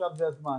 עכשיו זה הזמן.